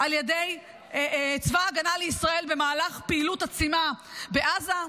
על ידי צבא ההגנה לישראל במהלך פעילות עצימה בעזה.